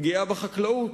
פגיעה בחקלאות,